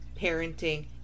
parenting